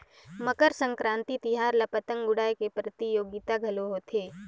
मकर संकरांति तिहार में पतंग उड़ाए के परतियोगिता घलो होथे